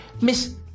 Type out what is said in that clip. Miss